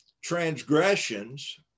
transgressions